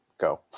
Go